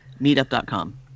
Meetup.com